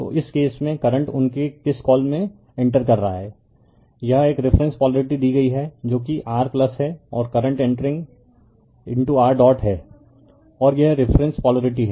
तो इस केस में करंट उनके किस कॉल में इंटर कर रहा है यह एक रिफरेन्स पोलरिटी दी गई है जो कि r है और करंट इंटरिंग r डॉट है और यह रिफरेन्स पोलरिटी है